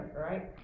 right